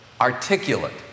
articulate